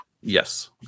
Yes